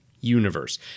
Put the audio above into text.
universe